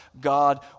God